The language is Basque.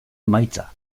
emaitza